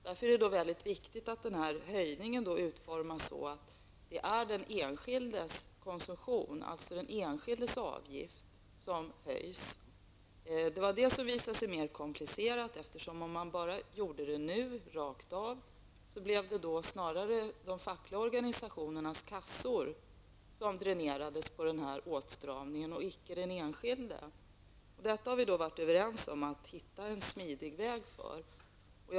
Det är därför mycket viktigt att höjningen utformas så att det är den enskildes avgift som höjs. Det var detta som visade sig mer komplicerat. Om man nu genomförde en höjning rakt av skulle det snarare bli de fackliga organisationernas kassor som dränerades genom denna åtstramning och icke den enskilde. Vi har varit överens om att hitta en smidig väg att genomföra detta.